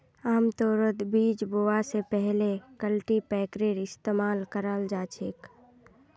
आमतौरत बीज बोवा स पहले कल्टीपैकरेर इस्तमाल कराल जा छेक